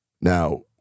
Now